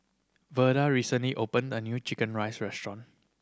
Verda recently opened a new chicken rice restaurant